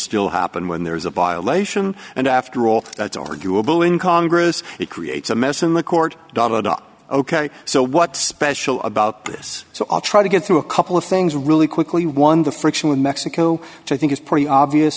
still happen when there is a violation and after all that's arguable in congress it creates a mess in the court ok so what special about this so i'll try to get through a couple of things really quickly one the friction with mexico i think is pretty obvious